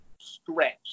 stretch